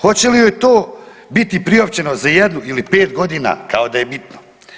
Hoće li joj to biti priopćeno za jednu ili 5.g. kao da je bitno.